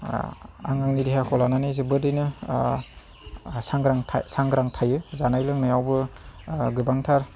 आं आंनि देहाखौ लानानै जोबोदैनो सांग्रां थायो जानाय लोंनायावबो गोबांथार